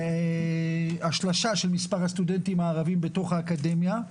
עם השלשה של מספר הסטודנטים הערבים בתוך האקדמיה.